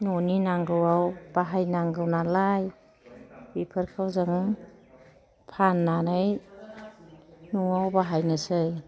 न'नि नांगौआव बाहायनांगौ नालाय बेफोरखौ जों फाननानै न'आव बाहायनोसै